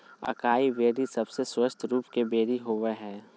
acai berry सबसे स्वस्थ रूप के बेरी होबय हइ